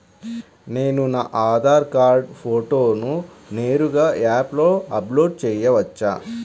నేను నా ఆధార్ కార్డ్ ఫోటోను నేరుగా యాప్లో అప్లోడ్ చేయవచ్చా?